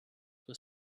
were